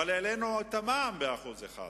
אבל העלינו את המע"מ ב-1%.